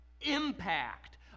impact